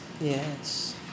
Yes